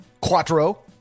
Quattro